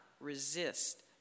resist